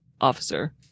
officer